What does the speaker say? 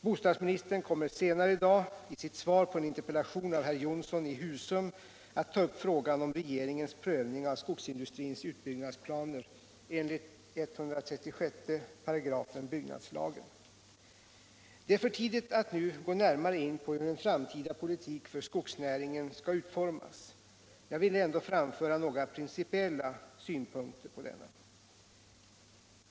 Bostadsministern kommer senare i dag i sitt svar på en interpellation av herr Jonsson i Husum att ta upp frågan om regeringens prövning av skogsindustrins utbyggnadsplaner enligt 136 a§ byggnadslagen. Det är för tidigt att nu gå närmare in på hur en framtida politik för skogsnäringen skall utformas. Jag vill ändå framföra några principiella synpunkter på denna.